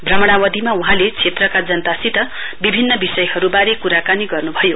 भ्रमणावधिमा वहाँले क्षेत्रका जनतासित विभिन्न विषयहरुवारे कुराकानी गर्नुभयो